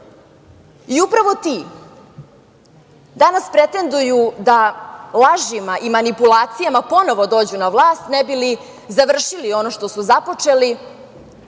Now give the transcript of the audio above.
građane. Upravo ti, danas pretenduju da lažima i manipulacijama ponovo dođu na vlast, ne bi li završili ono što su započeli